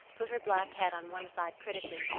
put her black head on one side critically,